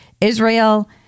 Israel